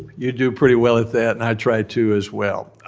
you do pretty well at that. and i try to as well.